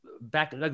back